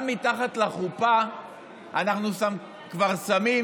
גם מתחת לחופה אנחנו כבר שמים